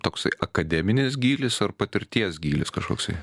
toksai akademinis gylis ar patirties gylis kažkoksai